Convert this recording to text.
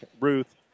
Ruth